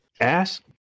Ask